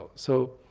so so,